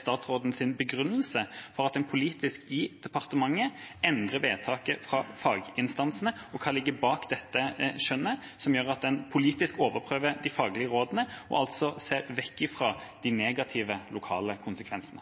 statsrådens begrunnelse for at man politisk i departementet endrer vedtak fra faginstansene, og hva ligger bak dette skjønnet, som gjør at man politisk overprøver de faglige rådene, og altså ser vekk fra de negative lokale konsekvensene?